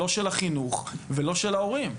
לא של החינוך ולא של ההורים.